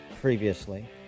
previously